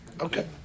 Okay